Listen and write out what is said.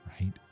right